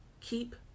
keep